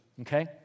okay